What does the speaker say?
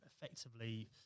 effectively